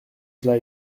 cela